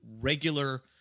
regular